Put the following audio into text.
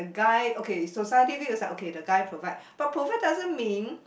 guy okay society view is like okay the guy provide but provide doesn't mean